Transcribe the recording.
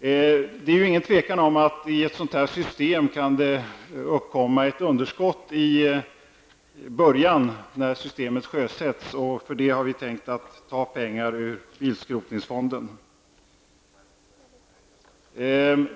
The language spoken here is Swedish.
Det råder inget tvivel om att det i ett sådant system kan uppkomma underskott i början när systemet sjösätts. För detta ändamål har vi tänkt att pengar skall tas ur bilskrotningsfonden.